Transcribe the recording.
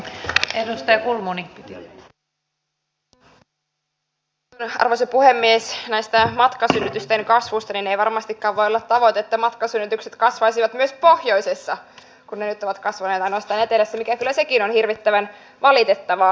tässä on puhuttu arvoisa puhemies näiden matkasynnytysten kasvusta ja ei varmastikaan voi olla tavoite että matkasynnytykset kasvaisivat myös pohjoisessa kun ne nyt ovat kasvaneet ainoastaan etelässä mikä kyllä sekin on hirvittävän valitettavaa